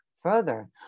Further